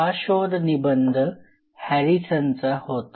हा शोध निबंध हॅरिसनचा होता